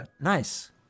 nice